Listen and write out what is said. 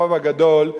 הרוב הגדול,